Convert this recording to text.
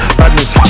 badness